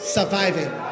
Surviving